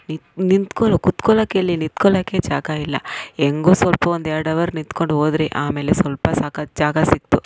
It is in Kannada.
ನಿತ್ ನಿಂತ್ಕೊಳ್ ಕೂತ್ಕೊಳ್ಳೋಕೆ ಎಲ್ಲಿ ನಿಂತ್ಕೊಳ್ಳೋಕ್ಕೆ ಜಾಗ ಇಲ್ಲ ಹೆಂಗೋ ಸ್ವಲ್ಪ ಒಂದೆರ್ಡು ಅವರ್ ನಿತ್ಕೊಂಡೋದ್ವಿ ಆಮೇಲೆ ಸ್ವಲ್ಪ ಸಖತ್ ಜಾಗ ಸಿಕ್ತು